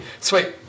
Sweet